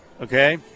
Okay